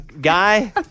Guy